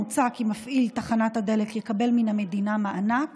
מוצע כי מפעיל תחנת הדלק יקבל מהמדינה מענק